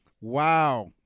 Wow